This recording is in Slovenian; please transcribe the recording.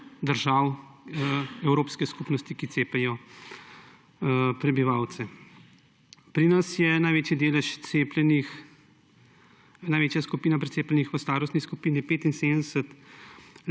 držav Evropske skupnosti, ki cepijo prebivalce. Pri nas je največja skupina precepljenih v starostni skupini 75